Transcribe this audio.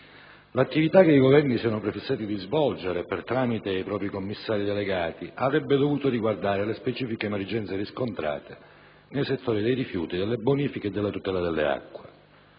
L'attività che i Governi si erano prefissati di svolgere tramite i propri commissari delegati avrebbe dovuto riguardare le specifiche emergenze riscontrate nei settori dei rifiuti, delle bonifiche e della tutela delle acque.